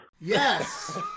Yes